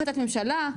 החלטת ממשלה,